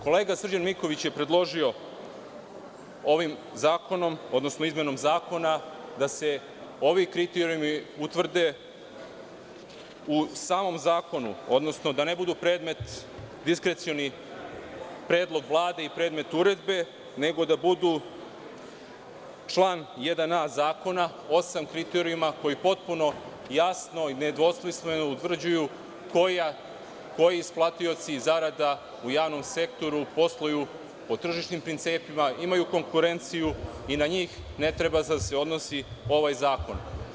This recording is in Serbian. Kolega Srđan Miković, je predložio ovim zakonom, odnosno izmenom zakona da se ovi kriterijumi utvrde u samom zakonu, odnosno da ne budu predmet diskrecionih predlog Vlade i predmet uredbe, nego da budu član 1a zakona, osam kriterijuma koji potpuno jasno i nedvosmisleno utvrđuju koji isplatioci zarada u javnom sektoru posluju po tržišnim principima, imaju konkurenciju i na njih ne treba da se odnosi ovaj zakon.